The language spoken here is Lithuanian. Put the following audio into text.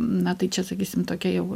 na tai čia sakysim tokia jau